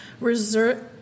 reserve